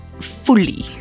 fully